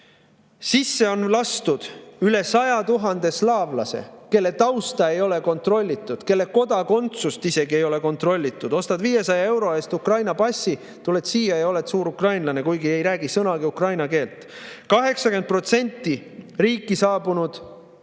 Sisse on lastud üle 100 000 slaavlase, kelle tausta ei ole kontrollitud, kelle kodakondsust isegi ei ole kontrollitud. Ostad 500 euro eest Ukraina passi, tuled siia ja oled suur ukrainlane, kuigi ei räägi sõnagi ukraina keelt. 80% riiki saabunud